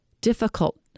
difficult